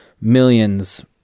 millions